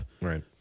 right